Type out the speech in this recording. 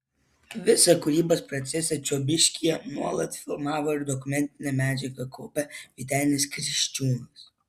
visą kūrybos procesą čiobiškyje nuolat filmavo ir dokumentinę medžiagą kaupė vytenis kriščiūnas